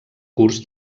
curs